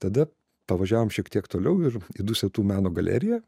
tada pavažiavom šiek tiek toliau ir į dusetų meno galeriją